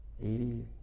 Eighty